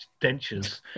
dentures